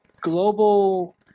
Global –